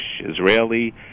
Israeli